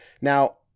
now